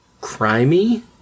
crimey